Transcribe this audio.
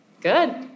Good